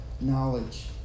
knowledge